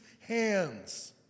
hands